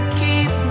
keep